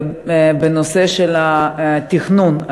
בנושא של התכנון,